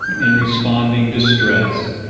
in responding to stress.